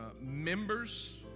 members